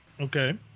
Okay